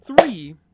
three